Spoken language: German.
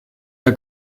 der